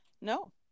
No